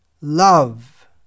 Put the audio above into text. love